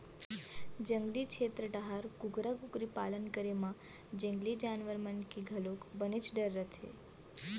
जंगली छेत्र डाहर कुकरा कुकरी पालन करे म जंगली जानवर मन के घलोक बनेच डर रथे